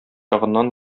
ягыннан